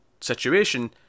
situation